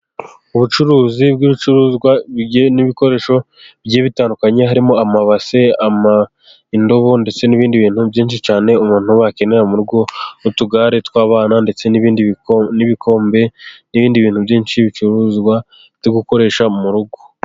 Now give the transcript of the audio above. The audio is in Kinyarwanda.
Ubucuruzi bw'ibicuruzwa n'ibikoresho bigiye bitandukanye, harimo amabase, indobo, ndetse n'ibindi bintu byinshi cyane umuntu akenera mu rugo, utugare tw'abana, ndetse n'ibikombe n'ibindi bintu byinshi bicuruzwa byo gukoresha mu rugo.